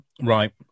right